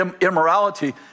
immorality